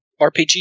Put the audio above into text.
RPG